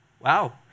Wow